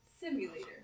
simulator